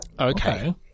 Okay